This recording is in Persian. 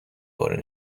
باره